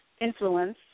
influence